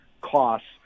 costs